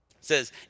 says